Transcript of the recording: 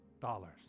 dollars